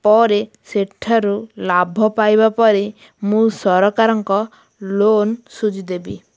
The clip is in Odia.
ପରେ ସେଠାରୁ ଲାଭ ପାଇବା ପରେ ମୁଁ ସରକାରଙ୍କ ଲୋନ୍ ସୁଝିଦେବି